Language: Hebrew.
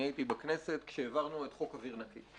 אני הייתי בכנסת כאשר העברנו את חוק אוויר נקי.